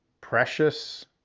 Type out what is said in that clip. Precious